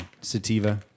sativa